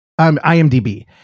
imdb